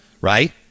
right